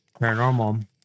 Paranormal